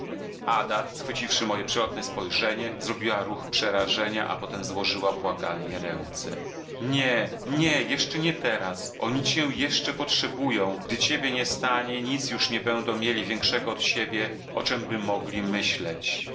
ada schwyciwszy moje przelotne spojrzenie zrobiła ruch przerażenia a potem złożyła błagalnie ręce nie nie jeszcze nie teraz oni cię jeszcze potrzebują gdy ciebie nie stanie nic już nie będą mieli większego od siebie o czemby mogli myśleć